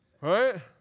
Right